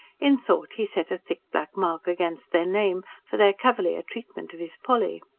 in thought he set a thick black mark against their name, for their cavalier treatment of his polly.